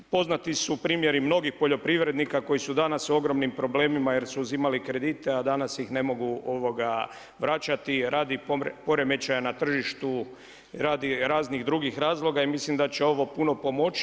Poznati su primjeri mnogih poljoprivrednika koji su danas u ogromnim problemima jer su uzimali kredite a danas ih ne mogu vraćati radi poremećaja na tržištu, radi raznih drugih razloga i mislim da će ovo puno pomoći.